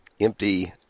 empty